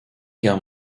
guerre